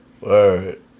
Word